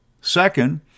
Second